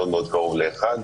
מאוד מאוד קרוב ל-1%,